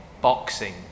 boxing